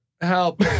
help